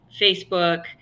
Facebook